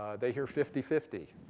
they hear fifty fifty.